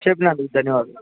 చెప్పినందుకు ధన్యవాదాలు